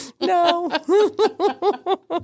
No